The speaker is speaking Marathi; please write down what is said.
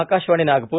आकाशवाणी नागपूर